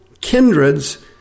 kindreds